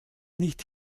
nicht